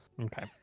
Okay